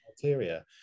criteria